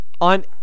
on